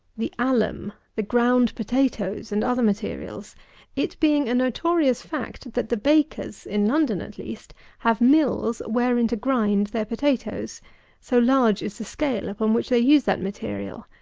the alum, the ground potatoes, and other materials it being a notorious fact, that the bakers, in london at least, have mills wherein to grind their potatoes so large is the scale upon which they use that material.